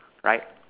right